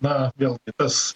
na vėl tas